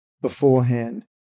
beforehand